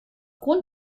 grund